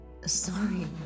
Sorry